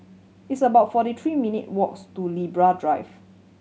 it's about forty three minute walks to Libra Drive